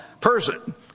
person